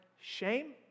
shame